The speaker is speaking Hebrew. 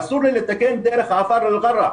אסור לי לתקן דרך עפר ברובארה,